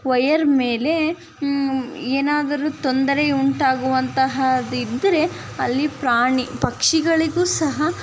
wire ಮೇಲೆ ಏನಾದರೂ ತೊಂದರೆ ಉಂಟಾಗುವಂತಹದಿದ್ದರೆ ಅಲ್ಲಿ ಪ್ರಾಣಿ ಪಕ್ಷಿಗಳಿಗೂ ಸಹ